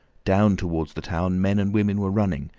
down towards the town, men and women were running,